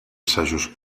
assajos